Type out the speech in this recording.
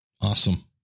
Awesome